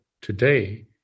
today